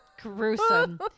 gruesome